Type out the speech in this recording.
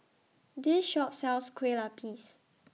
This Shop sells Kueh Lapis